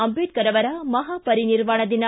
ಅಂಬೇಡ್ಕರ್ ಅವರ ಮಹಾಪರಿನಿರ್ವಾಣ ದಿನ